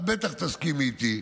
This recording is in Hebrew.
את בטח תסכימי איתי,